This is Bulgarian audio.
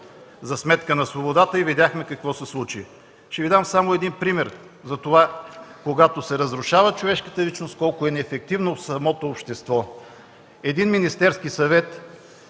за сметка на свободата и видяхме какво се случи. Ще Ви дам само един пример – когато се разрушава човешката личност, колко неефективно е самото общество. Един Министерски съвет,